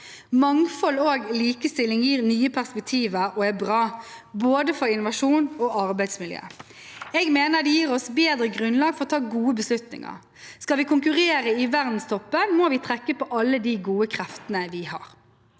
Mangfold og likestilling gir nye perspektiver og er bra for både innovasjon og arbeidsmiljø. Jeg mener det gir oss bedre grunnlag for å ta gode beslutninger. Skal vi konkurrere i verdenstoppen, må vi trekke på alle de gode kreftene vi har.